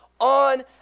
on